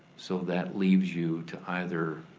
so that leaves you to either